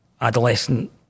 adolescent